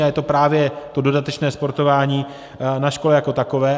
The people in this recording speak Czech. A je to právě to dodatečné sportování na škole jako takové.